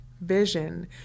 Vision